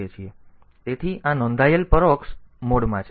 પછી રી સાફ કરો તેથી આ નોંધાયેલ પરોક્ષ મોડમાં છે